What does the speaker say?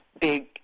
big